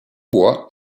bois